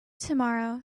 tomorrow